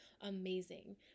amazing